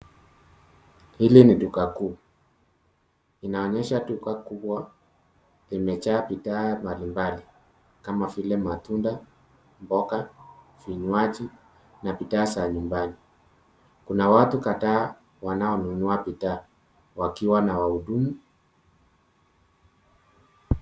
Hili ni duka kuu. Inaonyesha duka kubwa imejaa bidhaa mbalimbali kama vile matunda, mboga, vinywaji na bidhaa za nyumbani. Kuna watu kadhaa wanaonunua bidhaa wakiwa na wahudumu.